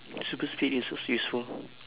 super speed is also useful